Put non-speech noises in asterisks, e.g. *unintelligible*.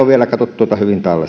*unintelligible* vielä hyvin tallessa ei mitään